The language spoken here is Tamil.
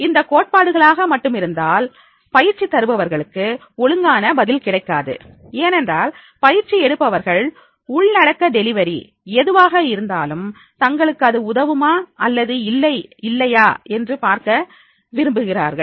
இது கோட்பாடுகளாக மட்டுமிருந்தால் பயிற்சி தருபவர்களுக்கு ஒழுங்கான பதில் கிடைக்காது ஏனென்றால் பயிற்சி எடுப்பவர்கள் உள்ளடக்க டெலிவரி எதுவாக இருந்தாலும் தங்களுக்கு அது உதவுமா அல்லது இல்லை இல்லையா என்று பார்க்க விரும்புகிறார்கள்